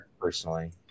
personally